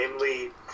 Namely